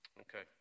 Okay